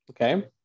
Okay